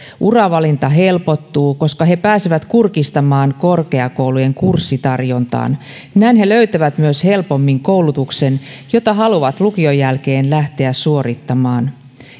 uravalinta helpottuu koska he pääsevät kurkistamaan korkeakoulujen kurssitarjontaan näin he myös löytävät helpommin koulutuksen jota haluavat lukion jälkeen lähteä suorittamaan